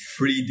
3D